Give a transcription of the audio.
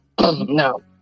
No